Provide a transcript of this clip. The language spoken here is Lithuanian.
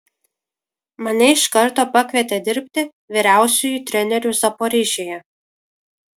mane iš karto pakvietė dirbti vyriausiuoju treneriu zaporižėje